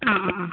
ആ ആ ആ